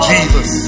Jesus